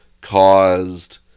caused